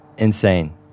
insane